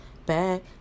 Back